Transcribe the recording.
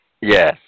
Yes